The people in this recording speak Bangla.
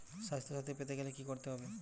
স্বাস্থসাথী পেতে গেলে কি করতে হবে?